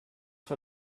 vor